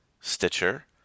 Stitcher